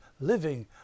living